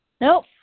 Nope